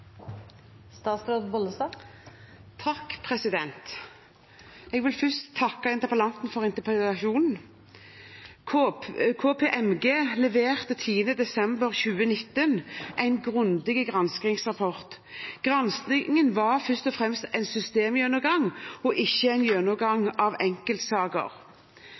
Jeg vil først takke interpellanten for interpellasjonen. KPMG leverte 10. desember 2019 en grundig granskingsrapport. Granskingen var først og fremst en systemgjennomgang og ikke en gjennomgang av enkeltsaker.